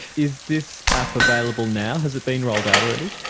is this app available now? has it been rolled out already?